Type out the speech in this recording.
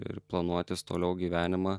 ir planuotis toliau gyvenimą